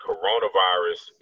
Coronavirus